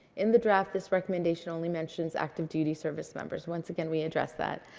in the draft, this recommendation only mentions active duty service members. once again, we addressed that.